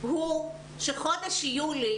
הוא שחודש יולי,